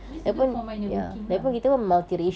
this is good for my networking lah